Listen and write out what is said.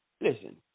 listen